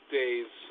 days